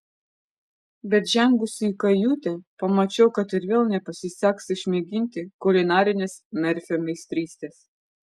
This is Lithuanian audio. bet žengusi į kajutę pamačiau kad ir vėl nepasiseks išmėginti kulinarinės merfio meistrystės